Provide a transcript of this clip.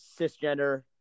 cisgender